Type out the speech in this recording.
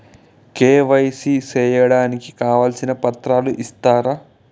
KYC సేయడానికి కావాల్సిన పత్రాలు ఇస్తారా?